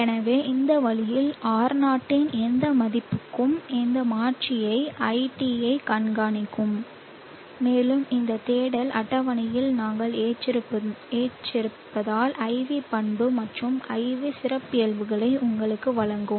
எனவே இந்த வழியில் R0 இன் எந்த மதிப்புக்கும் இந்த மாற்றி iT யைக் கண்காணிக்கும் மேலும் இந்த தேடல் அட்டவணையில் நாங்கள் ஏற்றியிருப்பதால் IV பண்பு மற்றும் IV சிறப்பியல்புகளை உங்களுக்கு வழங்கும்